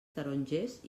tarongers